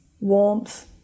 warmth